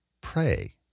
pray